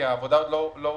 כי העבודה עוד לא הושלמה.